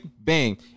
bang